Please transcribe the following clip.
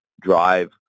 drive